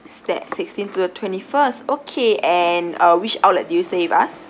is that sixteen to twenty first okay and uh which outlet did you stay with us